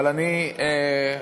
ברשותכם,